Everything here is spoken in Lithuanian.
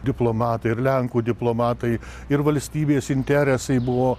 diplomatai ir lenkų diplomatai ir valstybės interesai buvo